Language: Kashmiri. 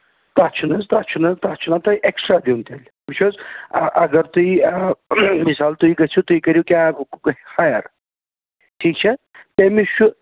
تَتھ چھُنہٕ حظ تَتھ چھُنہٕ حظ تتھ چھُنا تۄہہِ اٮ۪کٔسٹرا دِیُن تیٚلہِ وُچھ حظ اَگر تُہۍ آ مِثال تُہۍ گٔژھو تُہۍ کٔریو کیب بُک پٮ۪ٹھ ہایَر ٹھیٖک چھا تٔمِس چھُ